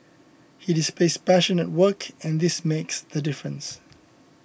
he displays passion at work and this makes the difference